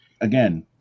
again